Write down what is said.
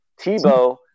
Tebow